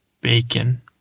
bacon